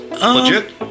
legit